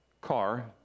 car